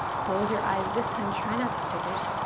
close your eyes. this time, try not to fidget.